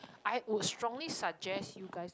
I would strongly suggest you guys